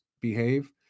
behave